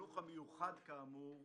החינוך המיוחד, כאמור,